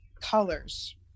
colors